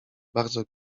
bardzo